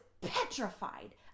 petrified